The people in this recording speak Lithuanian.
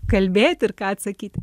kalbėti ir ką atsakyti